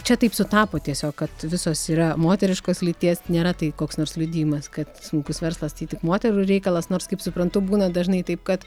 čia taip sutapo tiesiog kad visos yra moteriškos lyties nėra tai koks nors liudijimas kad smulkus verslas tai tik moterų reikalas nors kaip suprantu būna dažnai taip kad